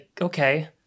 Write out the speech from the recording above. okay